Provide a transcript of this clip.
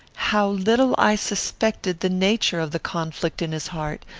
how little i suspected the nature of the conflict in his heart,